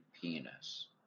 penis